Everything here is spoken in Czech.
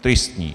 Tristní.